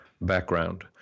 background